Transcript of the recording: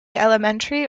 elementary